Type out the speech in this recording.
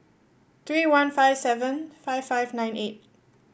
three one five seven five five nine eight